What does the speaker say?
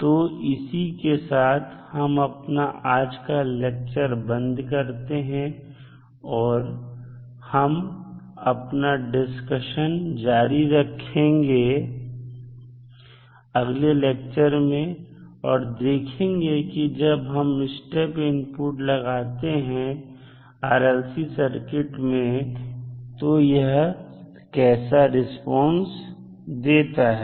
तो इसी के साथ हम अपना आज का लेक्चर बंद करते हैं और हम अपना डिस्कशन जारी रखेंगे अगले लेक्चर में और देखेंगे कि जब हम स्टेप इनपुट लगाते हैं RLC सर्किट में तो यह कैसा रिस्पांस देता है